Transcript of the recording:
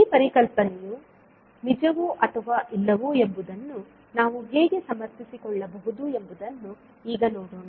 ಈ ಪರಿಕಲ್ಪನೆಯು ನಿಜವೋ ಅಥವಾ ಇಲ್ಲವೋ ಎಂಬುದನ್ನು ನಾವು ಹೇಗೆ ಸಮರ್ಥಿಸಿಕೊಳ್ಳಬಹುದು ಎಂಬುದನ್ನು ಈಗ ನೋಡೋಣ